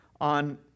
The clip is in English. on